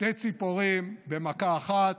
"שתי ציפורים במכה אחת"